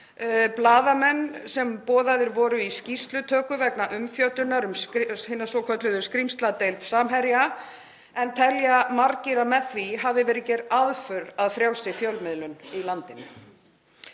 Blaðamenn sem boðaðir voru í skýrslutöku vegna umfjöllunar um hina svokölluðu skrímsladeild Samherja telja margir að með því hafi verið gerð aðför að frjálsri fjölmiðlun í landinu.